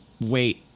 wait